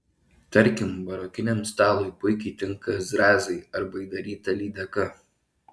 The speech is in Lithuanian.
tarkim barokiniam stalui puikiai tinka zrazai arba įdaryta lydeka